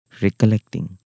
recollecting